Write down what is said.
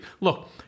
Look